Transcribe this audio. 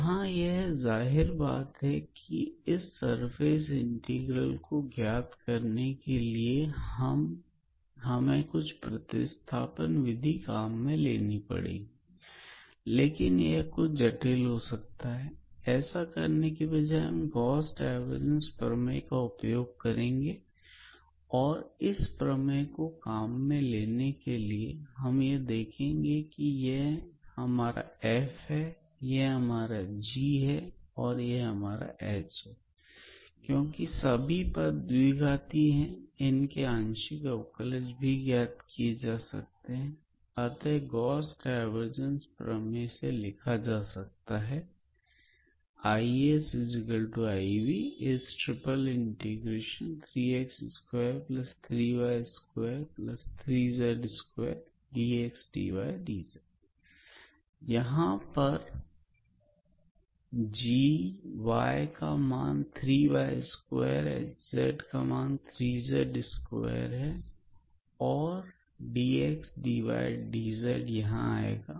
यहां यह जाहिर बात है कि इस सर्फेस इंटीग्रल को ज्ञात करने के लिए हमें कुछ प्रतिस्थापन विधि काम में लेनी पड़ेगी लेकिन यह कुछ जटिल हो सकता है ऐसा करने की बजाए हम गॉस डाइवर्जंस प्रमेय का उपयोग करेंगे और इस प्रमेय को काम में लेने के लिए हम यह देखेंगे कि यह हमारा f है यह हमारा g है और यह हमारा h है क्योंकि यह सभी पद द्विघाती है अतः इनके आंशिक अवकलन भी ज्ञात किए जा सकते हैं अतः गॉस डाइवर्जंस प्रमेय से लिखा जा सकता है 𝐼𝑆𝐼𝑉∭3x23y23z2𝑑𝑥𝑑𝑦𝑑𝑧 यहां 𝑔𝑦 का मान 3y2 ℎ𝑧 का मान 3z2 है और यहां dx dy dzआएगा